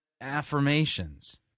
affirmations